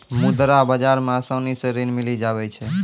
मुद्रा बाजार मे आसानी से ऋण मिली जावै छै